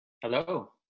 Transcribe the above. Hello